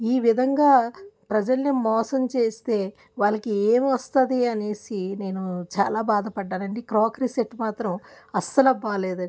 ఈ విధంగా ప్రజల్ని మోసం చేస్తే వాళ్ళకి ఏమి వస్తుంది అనేసి నేను చాలా బాధపడ్డానండి క్రోకరీ సెట్ మాత్రం అస్సలు బాలేదు